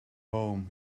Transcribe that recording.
home